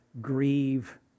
grieve